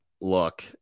Look